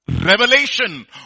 revelation